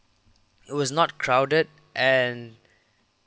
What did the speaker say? it was not crowded and